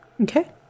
Okay